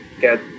get